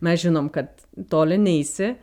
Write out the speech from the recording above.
mes žinom kad toli neisi